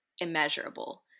immeasurable